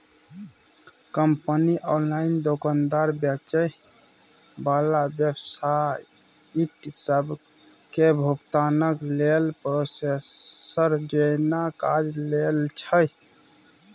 company online दोकानदार, बेचे बला वेबसाइट सबके भुगतानक लेल प्रोसेसर जेना काज लैत छै